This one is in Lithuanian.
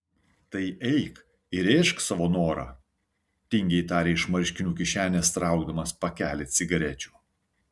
tai eik įrėžk savo norą tingiai tarė iš marškinių kišenės traukdamas pakelį cigarečių